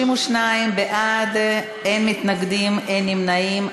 32 בעד, אין מתנגדים, אין נמנעים.